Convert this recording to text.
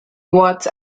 watts